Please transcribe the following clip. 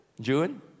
June